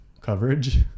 coverage